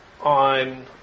on